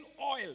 oil